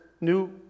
new